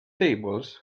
tables